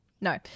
No